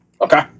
Okay